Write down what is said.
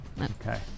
Okay